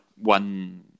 one